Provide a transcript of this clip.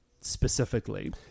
specifically